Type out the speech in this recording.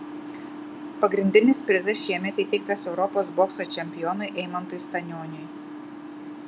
pagrindinis prizas šiemet įteiktas europos bokso čempionui eimantui stanioniui